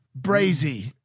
Brazy